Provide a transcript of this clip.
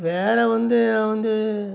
வேறு வந்து வந்து